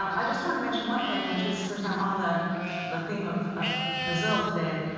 i just want to mention one thing which is since i'm on the the theme of of brazil today,